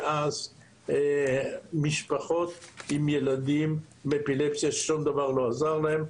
ואז למשפחות עם ילדים שסובלים מאפילפסיה ששום דבר לא עזר להם,